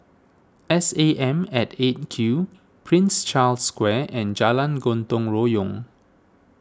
S A M at eight Q Prince Charles Square and Jalan Gotong Royong